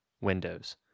Windows